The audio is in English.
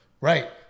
Right